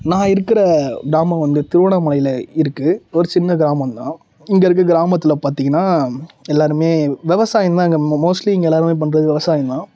நான் இருக்கிற கிராமம் வந்து திருவண்ணாமலையில் இருக்குது ஒரு சின்ன கிராமந்தான் இங்கே இருக்கற கிராமத்தில் பார்த்திங்கன்னா எல்லோருமே விவசாயம் தான் இங்கே மோ மோஸ்ட்லி இங்கே எல்லோருமே பண்ணுறது விவசாயம் தான்